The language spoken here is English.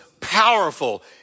powerful